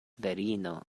virino